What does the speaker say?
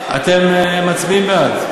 אתם מצביעים בעד.